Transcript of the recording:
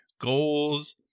goals